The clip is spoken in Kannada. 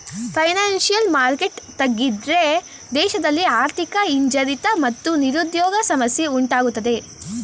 ಫೈನಾನ್ಸಿಯಲ್ ಮಾರ್ಕೆಟ್ ತಗ್ಗಿದ್ರೆ ದೇಶದಲ್ಲಿ ಆರ್ಥಿಕ ಹಿಂಜರಿತ ಮತ್ತು ನಿರುದ್ಯೋಗ ಸಮಸ್ಯೆ ಉಂಟಾಗತ್ತದೆ